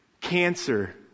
Cancer